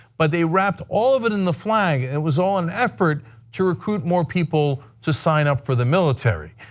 but they wrapped all of it in the flag. it was all an effort to recruit more people to sign up for the military.